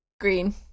Green